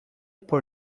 por